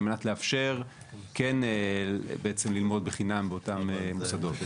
על מנת לאפשר כן ללמוד בחינם באותם מוסדות.